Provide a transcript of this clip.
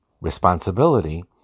responsibility